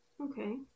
Okay